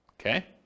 Okay